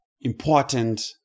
important